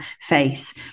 face